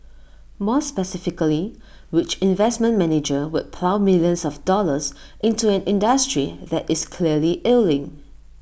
more specifically which investment manager would plough millions of dollars into an industry that is clearly ailing